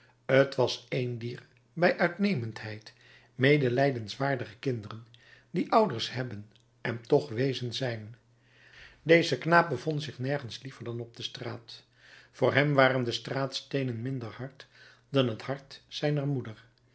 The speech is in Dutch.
t was een dier bij uitnemendheid medelijdenswaardige kinderen die ouders hebben en toch weezen zijn deze knaap bevond zich nergens liever dan op de straat voor hem waren de straatsteenen minder hard dan het hart zijner moeder